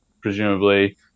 presumably